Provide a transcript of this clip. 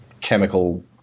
chemical